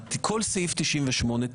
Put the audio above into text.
כל סעיף 98,